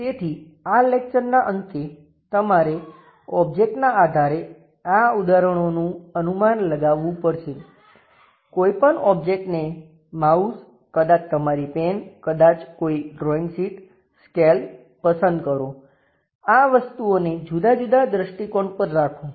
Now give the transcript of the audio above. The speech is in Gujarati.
તેથી આ લેક્ચરના અંતે તમારે ઓબ્જેક્ટના આધારે આ ઉદાહરણોનું અનુમાન લગાવવું પડશે કોઈપણ ઓબ્જેક્ટને માઉસ કદાચ તમારી પેન કદાચ કોઈ ડ્રોઈંગ શીટ સ્કેલ પસંદ કરો આ વસ્તુઓને જુદા જુદા દ્રષ્ટિકોણ પર રાખો